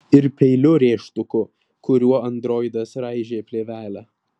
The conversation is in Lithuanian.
ir peiliu rėžtuku kuriuo androidas raižė plėvelę